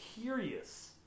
curious